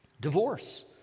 Divorce